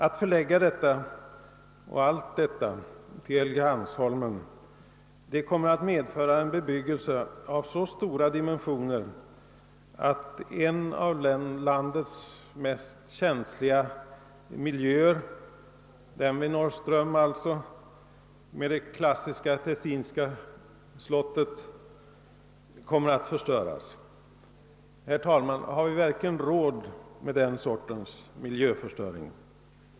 Ett förläggande av allt detta till Helgeandsholmen kommer att kräva en byggnad av så stora dimensioner att en av landets mest känsliga miljöer — vid Norrström i anslutning till det klassiska Tessinska slottet — kommer att förstöras. Herr talman! Har vi verkligen råd med den sortens miljöförstöring?